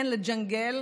כן, לג'נגל.